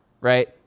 right